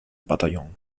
bataillon